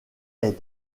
est